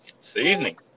Seasoning